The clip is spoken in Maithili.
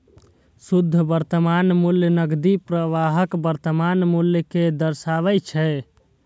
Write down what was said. शुद्ध वर्तमान मूल्य नकदी प्रवाहक वर्तमान मूल्य कें दर्शाबै छै